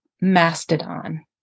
Mastodon